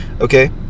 Okay